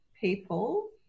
people